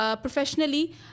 professionally